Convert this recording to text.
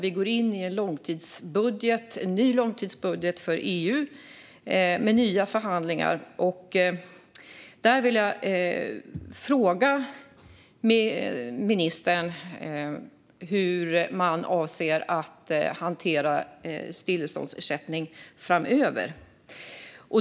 Vi går in i en ny långtidsbudget för EU med nya förhandlingar, och jag vill fråga ministern hur man avser att hantera stilleståndsersättning framöver.